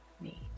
need